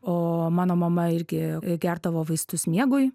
o mano mama irgi gerdavo vaistus miegui